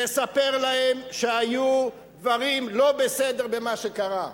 תספר להם שהיו דברים לא בסדר במה שקרה.